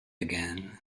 again